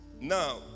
Now